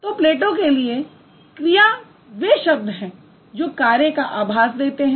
तो प्लेटो के लिए क्रिया वे शब्द हैं जो कार्य का आभास देते हैं